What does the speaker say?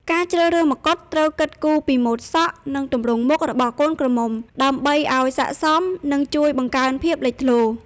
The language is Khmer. ការជ្រើសរើសមកុដត្រូវគិតគូរពីម៉ូតសក់ និងទម្រង់មុខរបស់កូនក្រមុំ ដើម្បីឲ្យស័ក្តិសម និងជួយបង្កើនភាពលេចធ្លោ។